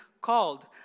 called